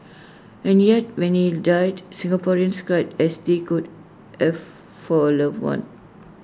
and yet when he died Singaporeans cried as they could F for A loved one